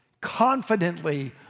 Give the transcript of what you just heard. confidently